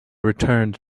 returned